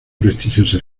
prestigiosa